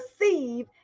receive